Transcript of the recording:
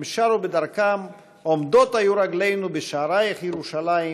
הם שרו בדרכם: "עמדות היו רגלינו בשעריך ירושלם.